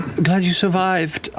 glad you survived,